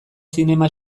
zinema